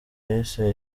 yise